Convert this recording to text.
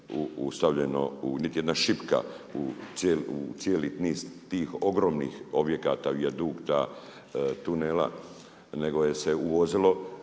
stavljeno niti jedna šipka u cijeli niz tih ogromnih objekata vijadukta, tunela, nego je se uvozilo.